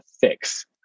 fix